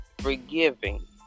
forgiving